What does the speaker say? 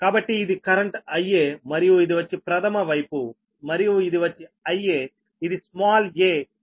కాబట్టి ఇది current IA మరియు ఇది వచ్చి ప్రధమ వైపు మరియు ఇది వచ్చి Iaఇది స్మాల్ a